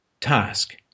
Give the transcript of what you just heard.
task